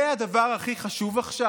זה הדבר הכי חשוב עכשיו?